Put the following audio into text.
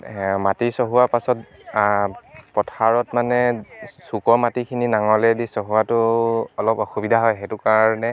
সেয়া মাটি চহোৱাৰ পাছত পথাৰত মানে চুকৰ মাটিখিনি নাঙলেদি চহোৱাটো অলপ অসুবিধা হয় সেইটো কাৰণে